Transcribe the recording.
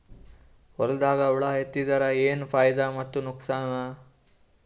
ಹೊಲದಾಗ ಹುಳ ಎತ್ತಿದರ ಏನ್ ಫಾಯಿದಾ ಮತ್ತು ನುಕಸಾನ?